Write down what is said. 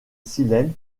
silène